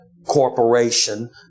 corporation